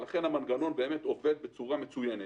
ולכן המנגנון עובד בצורה מסוימת.